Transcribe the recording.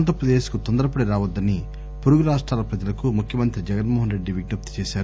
ఆంధ్రప్రదేశ్ కు తొందరపడిరావద్దని పొరుగు రాష్టాల ప్రజలకు ముఖ్యమంత్రి జగన్మో హన్ రెడ్డి విజ్ఞప్తి చేశారు